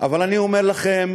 אבל אני אומר לכם: